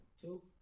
Two